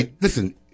Listen